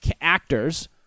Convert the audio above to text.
actors